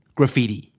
Graffiti